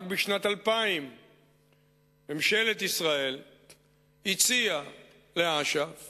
רק בשנת 2000 ממשלת ישראל הציעה לאש"ף